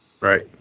right